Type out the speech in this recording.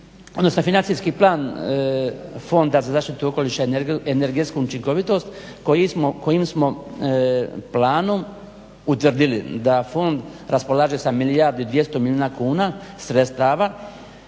Financijski plan Fonda za zaštitu okoliša i energetsku učinkovitost kojim smo planom utvrdili da fond raspolaže sa milijardu i 200 milijuna kuna sredstava